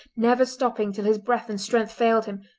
never stopping till his breath and strength failed him,